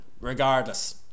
regardless